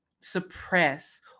suppress